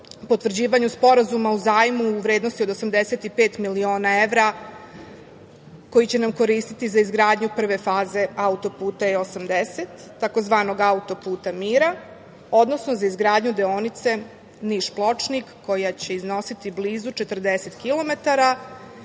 potvrđivanju Sporazuma o zajmu u vrednosti od 85 miliona evra, koji će nam koristiti za izgradnju prve faze auto-puta E-80 tzv. auto-puta „Mira“, odnosno za izgradnju deonice Niš-Pločnik, koja će iznositi blizu 40 kilometara,